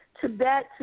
Tibet